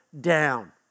down